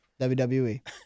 WWE